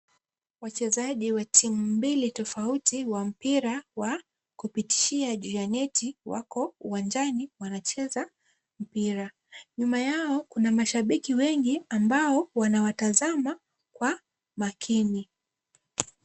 Wachezaji wa timu mbili tofauti wa mpira wa kupitishia juu ya neti wako uwanjani wanacheza mpira. Nyuma yao kuna mashabiki wengi ambao wanawatazama kwa makini.